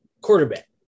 quarterback